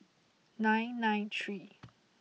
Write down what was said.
nine nine three